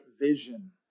vision